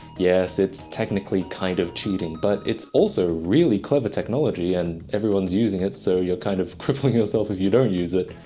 yes it's technically kind of cheating, but it's also really clever technology, and everyone's using it so you're kind of crippling yourself if you don't use it.